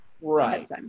Right